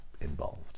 involved